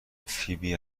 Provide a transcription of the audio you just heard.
فیبی